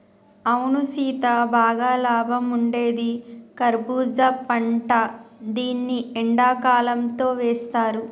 అవును సీత బాగా లాభం ఉండేది కర్బూజా పంట దీన్ని ఎండకాలంతో వేస్తారు